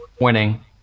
winning